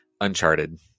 uncharted